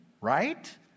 right